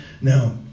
Now